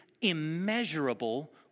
immeasurable